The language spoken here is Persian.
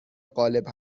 غالب